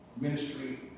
ministry